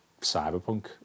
cyberpunk